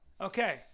Okay